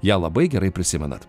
ją labai gerai prisimenat